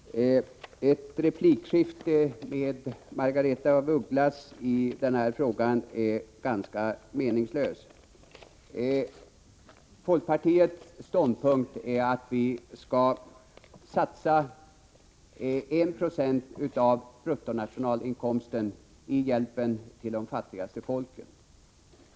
Fru talman! Ett replikskifte med Margaretha af Ugglas i den här frågan är ganska meningslöst. Folkpartiets ståndpunkt är att vi skall satsa 1 90 av bruttonationalinkomsten i hjälpen till de fattigaste folken.